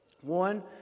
One